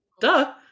Duh